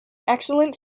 excellent